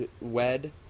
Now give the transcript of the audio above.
wed